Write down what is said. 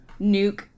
nuke